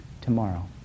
tomorrow